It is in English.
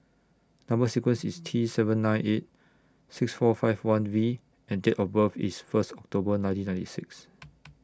Number sequence IS T seven nine eight six four five one V and Date of birth IS First October nineteen ninety six